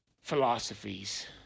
philosophies